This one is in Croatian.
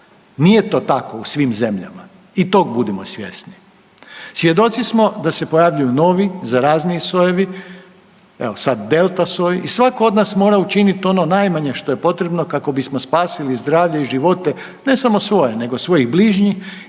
Nije to tako u svim zemljama. I tog budimo svjesni. Svjedoci smo da se pojavljuju novi zarazniji sojevi, evo sad, delta soj i svako od nas mora učiniti ono najmanje što je potrebno kako bismo spasili zdravlje i živote, ne samo svoje, nego svojih bližnjih,